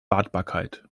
wartbarkeit